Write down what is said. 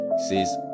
says